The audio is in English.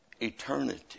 eternity